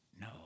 No